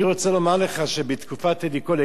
אני רוצה לומר לך שבתקופת טדי קולק